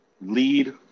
lead